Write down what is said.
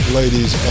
ladies